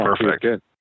perfect